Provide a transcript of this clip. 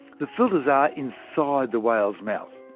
the filters are inside the whale's mouth,